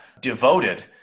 devoted